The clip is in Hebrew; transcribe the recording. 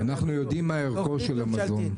כי אנחנו יודעים מה ערכו של המזון.